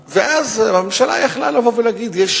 ואז הממשלה היתה יכולה לבוא ולהגיד: יש